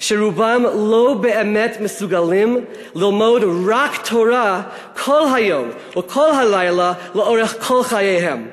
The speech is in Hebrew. שרובם לא באמת מסוגלים ללמוד רק תורה כל היום וכל הלילה לאורך כל חייהם.